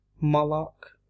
Moloch